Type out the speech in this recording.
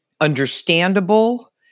understandable